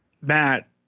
Matt